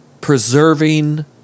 Preserving